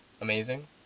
Amazing